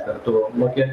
kartų mokėt